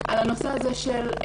על נושא ההשכלה,